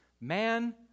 Man